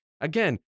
again